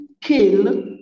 kill